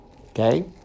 Okay